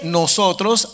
nosotros